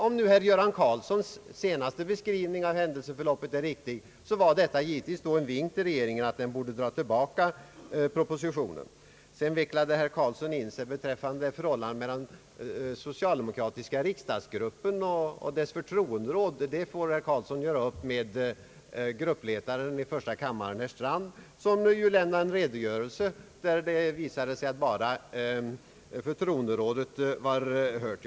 Om nu herr Göran Karlssons senaste beskrivning av händelseförloppet är riktig, var detta givetvis en vink till regeringen om att den borde dra tillbaka propositionen. Sedan vecklade herr Göran Karlsson in sig beträffande förhållandet mellan den socialdemokratiska riksdagsgruppen och dess förtroenderåd. Det får herr Göran Karlsson i första hand göra upp med gruppledaren i första kammaren, herr Strand, som ju lämnade en redogörelse, där det visade sig att bara förtroenderådet var hört.